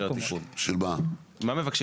מה מבקשים